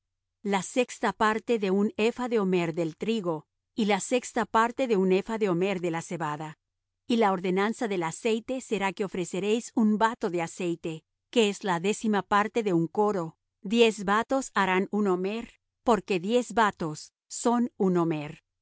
la sexta parte de un epha de homer del trigo y la sexta parte de un epha de homer de la cebada y la ordenanza del aceite será que ofreceréis un bato de aceite que es la décima parte de un coro diez batos harán un homer porque diez batos son un homer